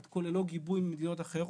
עד כה ללא גיבוי של מדינות אחרות,